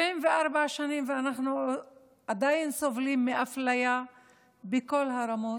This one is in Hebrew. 74 שנים, ואנחנו עדיין סובלים מאפליה בכל הרמות,